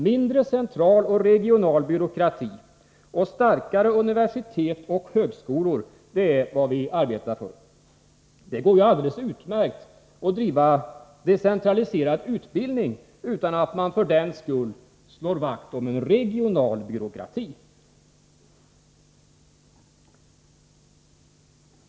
Mindre central och regional byråkrati och starkare universitet och högskolor är vad vi arbetar för. Det går alldeles utmärkt att driva decentraliserad utbildning utan att man för den skull slår vakt om en regional byråkrati.